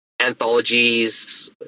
anthologies